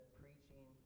preaching